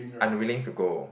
unwilling to go